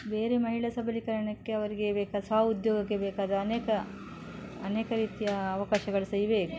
ಬೇರೆ ಮಹಿಳಾ ಸಬಲೀಕರಣಕ್ಕೆ ಅವರಿಗೆ ಬೇಕಾದ ಸ್ವಉದ್ಯೋಗಕ್ಕೆ ಬೇಕಾದ ಅನೇಕ ಅನೇಕ ರೀತಿಯ ಅವಕಾಶಗಳು ಸಹ ಇವೆ